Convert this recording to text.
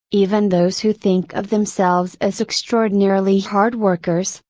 even those who think of themselves as extraordinarily hard workers,